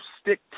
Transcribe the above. stick